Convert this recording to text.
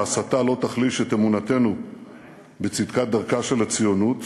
ההסתה לא תחליש את אמונתנו בצדקת דרכה של הציונות,